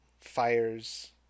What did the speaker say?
fires